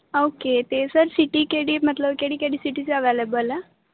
okay ਅਤੇ sir city ਕਿਹੜੀ ਮਤਲਬ ਕਿਹੜੀ ਕਿਹੜੀ ਸਿਟੀ 'ਚ ਅਵੇਲੇਬਲ ਆ